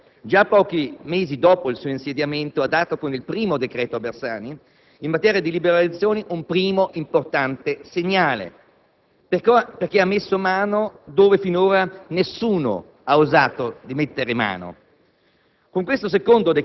Questo Governo, già pochi mesi dopo il suo insediamento, ha dato con il primo decreto Bersani, in materia di liberalizzazione, un primo importante segnale perché ha messo mano dove finora nessuno ha osato. Con questo